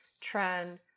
trend